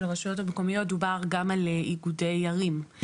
הרשויות המקומיות דובר גם על איגודי ערים.